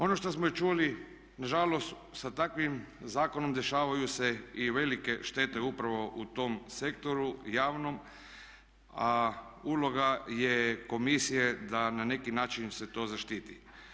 Ono što smo čuli na žalost sa takvim zakonom dešavaju se i velike štete upravo u tom sektoru javnom, a uloga je komisija da na neki način se to zaštiti.